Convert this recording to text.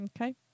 Okay